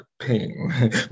pain